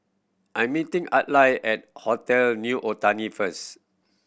I'm meeting Adlai at Hotel New Otani first